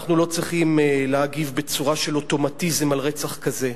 אנחנו לא צריכים להגיב בצורה של אוטומטיזם על רצח כזה.